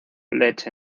leche